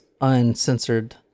uncensored